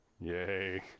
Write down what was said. Yay